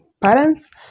parents